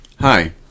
Hi